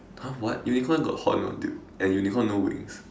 !huh! what unicorns got horns [one] dude and unicorns no wings